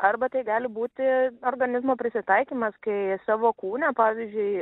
arba tai gali būti organizmo prisitaikymas kai savo kūne pavyzdžiui